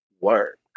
work